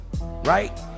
Right